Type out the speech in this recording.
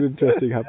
interesting